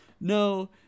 No